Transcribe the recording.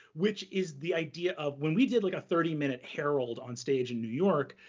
which is the idea of when we did like a thirty minute harold on stage in new york,